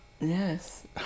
Yes